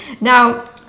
now